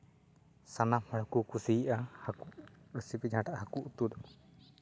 ᱥᱟᱱᱟᱢ ᱦᱚᱲᱠᱚ ᱠᱩᱥᱤᱭᱟᱜᱼᱟ ᱦᱟᱹᱠᱩ ᱨᱮᱥᱚᱯᱤ ᱡᱟᱦᱟᱸᱴᱟᱜ ᱦᱟᱹᱠᱩ ᱩᱛᱩ